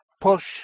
push